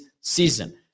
season